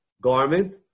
garment